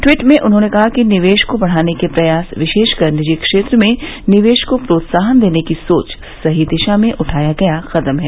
tweet में उन्होंने कहा कि निवेश को बढ़ाने के प्रयास विशेषकर निजी क्षेत्र में निवेश को प्रोत्साहन देने की सोच सही दिशा में उठाया गया कदम है